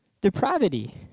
depravity